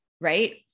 right